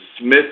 smith